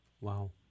Wow